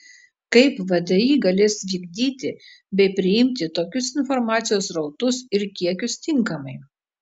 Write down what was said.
kaip vdi galės vykdyti bei priimti tokius informacijos srautus ir kiekius tinkamai